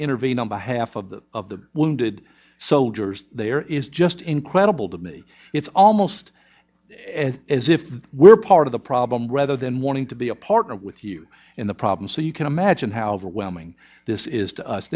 intervene on behalf of the of the wounded soldiers there is just incredible to me it's almost as if we're part of the problem rather than wanting to be a partner with you in the problem so you can imagine how overwhelming this is to us